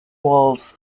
walls